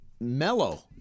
mellow